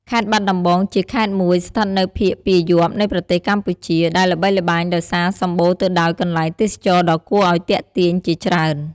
ខេត្តបាត់ដំបងជាខេត្តមួយស្ថិតនៅភាគពាយព្យនៃប្រទេសកម្ពុជា ដែលល្បីល្បាញដោយសារសម្បូរទៅដោយកន្លែងទេសចរណ៍ដ៏គួរឱ្យទាក់ទាញជាច្រើន។